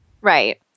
Right